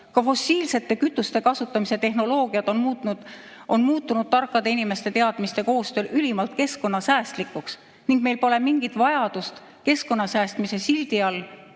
Ka fossiilsete kütuste kasutamise tehnoloogiad on muutunud tarkade inimeste koostöös ülimalt keskkonnasäästlikuks ning meil pole mingit vajadust keskkonna säästmise sildi all